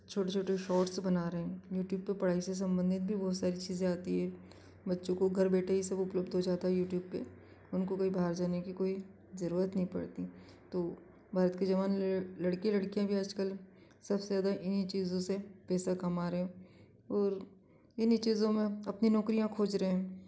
छोटे छोटे शॉर्ट्स बना रहे यूट्यूब पर पढ़ाई से सम्बंधित भी बहुत सारी चीज़ें आती हैं बच्चों को घर बैठे ही सब उपलब्ध हो जाता है यूट्यूब पर उनको कहीं बाहर जाने की कोई ज़रूरत नही पड़ती तो भारत के जवान लड़के लड़कियाँ भी आजकल सबसे ज़्यादा इन्हीं चीज़ों से पैसा कमा रहे और इन्हीं चीज़ों में अपनी नौकरियाँ ख़ोज रहे हैं